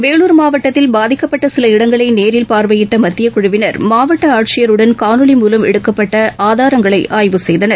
வேலுர் மாவட்டத்தில் பாதிக்கப்பட்ட சில இடங்களை நேரில் பார்வையிட்ட மத்திய குழுவிளர் மாவட்ட ஆட்சியருடன் காணொலி மூலம் எடுக்கப்பட்ட ஆதாரங்களை ஆய்வு செய்தனர்